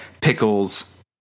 pickles